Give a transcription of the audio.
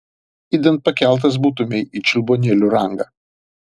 idant pakeltas būtumei į čiulbuonėlių rangą